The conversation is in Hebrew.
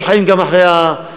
יש חיים גם אחרי הקואליציה,